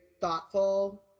thoughtful